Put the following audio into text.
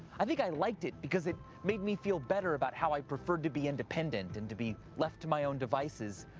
i think i liked it because it made me feel better about how i preferred to be independent and to be left to my own devices.